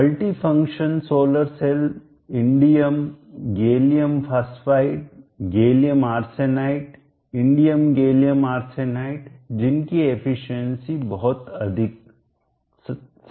multifunction बहुत सारे काम में उपयोगी solar cell indium gallium phosphide gallium arsenide indium gallium arsenide जिनकी एफिशिएंसी दक्षता बहुत अधिक 37 तक होती है